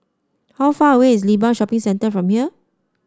how far away is Limbang Shopping Centre from here